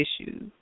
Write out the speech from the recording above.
issues